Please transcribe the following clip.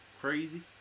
crazy